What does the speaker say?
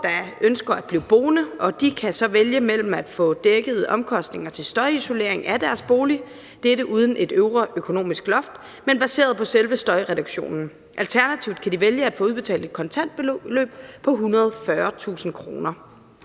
der ønsker at blive boende, og de kan så vælge at få dækket omkostningerne til støjisolering af deres bolig – dette uden et øvre økonomisk loft, men baseret på selve støjreduktionen. Alternativt kan de vælge at få udbetalt et kontant beløb på 140.000 kr.